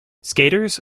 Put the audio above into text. skaters